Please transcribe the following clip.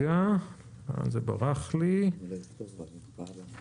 כלומר לא יעשה פעולת הפעלה.